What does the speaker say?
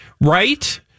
Right